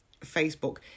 facebook